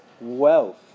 wealth